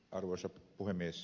arvoisa puhemies